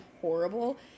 horrible